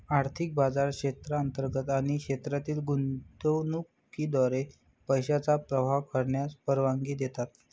आर्थिक बाजार क्षेत्रांतर्गत आणि क्षेत्रातील गुंतवणुकीद्वारे पैशांचा प्रवाह करण्यास परवानगी देतात